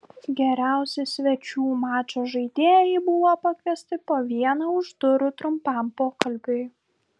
geriausi svečių mačo žaidėjai buvo pakviesti po vieną už durų trumpam pokalbiui